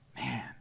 Man